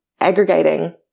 aggregating